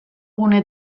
gune